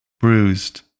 Bruised